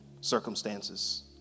circumstances